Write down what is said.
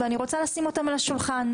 ואני רוצה לשים אותן על השולחן.